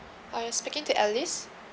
uh you're speaking to alice